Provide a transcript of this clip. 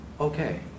Okay